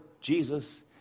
Jesus